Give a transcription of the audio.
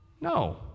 No